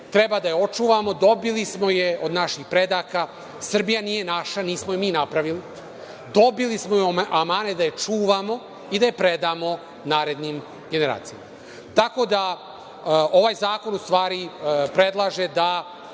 treba da je očuvamo, dobili smo je od naših predaka. Srbija nije naša, nismo je mi napravili, dobili smo je u amanet da je čuvamo i da je predamo narednim generacijama. Tako da, ove izmene zakona u stvari predlažu da